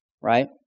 right